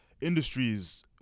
industries